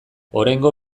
oraingo